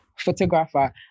photographer